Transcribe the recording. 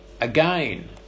again